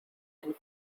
and